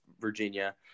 Virginia